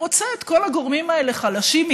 רוצה את כל הגורמים האלה חלשים,